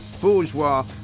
bourgeois